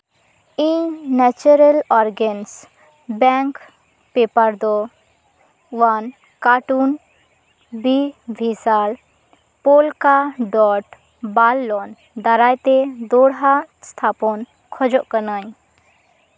ᱤᱧ natural organs bank paper ᱫᱚ ᱚᱣᱟᱱ ᱠᱟᱴᱩᱱ ᱵᱤ ᱡᱤ ᱥᱟᱞ ᱯᱳᱞᱠᱟ ᱰᱚᱴ ᱵᱟᱨᱞᱚᱱ ᱫᱟᱨᱟᱭ ᱛᱮ ᱫᱚᱦᱲᱟ ᱥᱛᱷᱟᱯᱚᱱ ᱠᱷᱚᱡᱚᱜ ᱠᱟᱹᱱᱟᱹᱧ